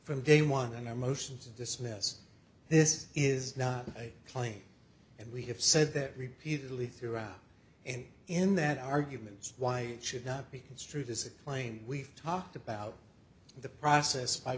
from day one our motion to dismiss this is not a claim and we have said that repeatedly throughout and in that arguments why should not be construed as a plain we've talked about the process by